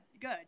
good